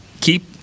keep